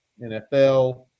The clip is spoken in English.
NFL